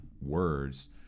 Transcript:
words